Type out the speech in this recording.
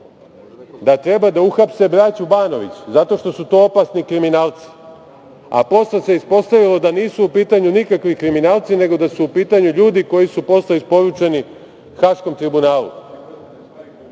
da treba da uhapse braću Banović zato što su to opasni kriminalci, a posle se ispostavilo da nisu u pitanju nikakvi kriminalci, nego da su u pitanju ljudi koji su posle isporučeni Haškom tribunalu. Oni